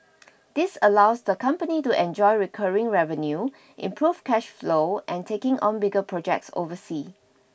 this allows the company to enjoy recurring revenue improve cash flow and taking on bigger projects oversea